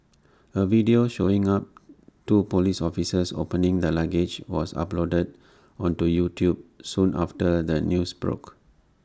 A video showing up two Police officers opening the luggage was uploaded onto YouTube soon after the news broke